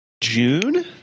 june